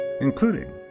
including